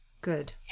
Good